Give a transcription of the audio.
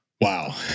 Wow